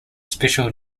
special